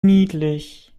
niedlich